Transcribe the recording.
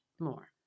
more